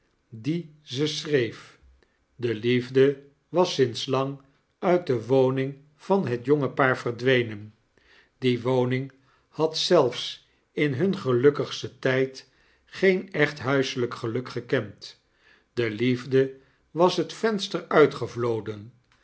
die ze schreef de liefde was sinds lang uit de woning van het jonge paar verdwenen die woning had zelfs in hun gelukkigsten tijd geen echt huiselyk geluk gekend de liefde was het venster uitgevloden